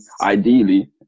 Ideally